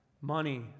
Money